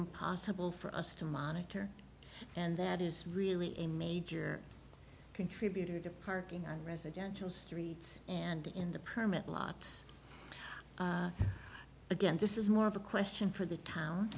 impossible for us to monitor and that is really a major contributor to parking on residential streets and in the permit lots again this is more of a question for the town